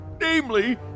namely